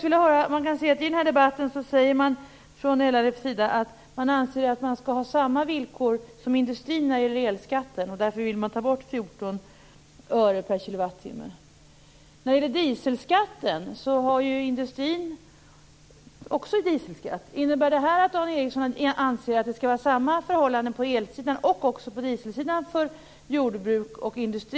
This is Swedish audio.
I den här debatten säger LRF att man anser att man skall ha samma villkor som industrin när det gäller elskatten. Därför vill man ta bort 14 öre per kilowattimme. Industrin har ju också dieselskatt. Innebär detta att Dan Ericsson anser att det skall vara samma förhållanden på elsidan och på dieselsidan för jordbruk och industri?